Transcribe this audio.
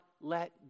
let